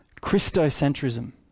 Christocentrism